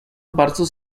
bardzo